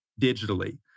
digitally